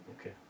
Okay